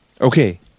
Okay